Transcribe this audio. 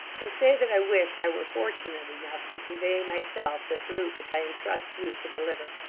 and say that i wished i were fortunate enough to convey, myself, the salute which i entrust you to deliver.